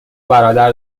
برادر